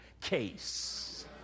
case